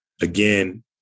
again